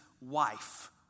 wife